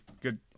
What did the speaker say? good